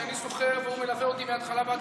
שאני שוכר והוא מלווה אותי מההתחלה ועד